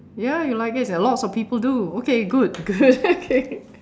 ya you like it lots of people do okay good good okay